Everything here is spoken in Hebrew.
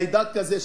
חיידק כזה,